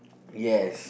yes